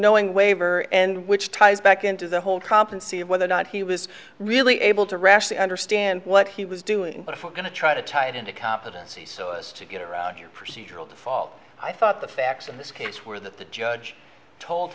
knowing waiver and which ties back into the whole comp and see whether or not he was really able to rashly understand what he was doing but if we're going to try to tie it into competency so as to get around here procedural default i thought the facts in this case where that the judge told